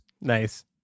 Nice